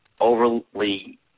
overly